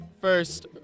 first